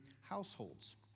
households